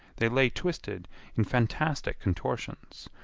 they lay twisted in fantastic contortions.